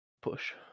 push